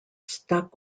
stuck